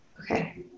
Okay